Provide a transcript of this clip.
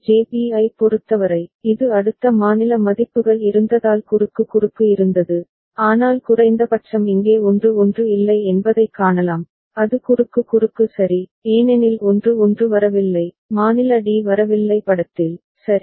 JB ஐப் பொறுத்தவரை இது அடுத்த மாநில மதிப்புகள் இருந்ததால் குறுக்கு குறுக்கு இருந்தது ஆனால் குறைந்தபட்சம் இங்கே 1 1 இல்லை என்பதைக் காணலாம் அது குறுக்கு குறுக்கு சரி ஏனெனில் 1 1 வரவில்லை மாநில d வரவில்லை படத்தில் சரி